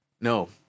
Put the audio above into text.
No